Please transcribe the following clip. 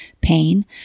pain